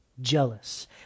Jealous